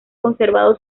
conservado